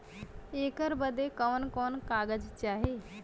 ऐकर बदे कवन कवन कागज चाही?